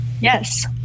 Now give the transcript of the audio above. Yes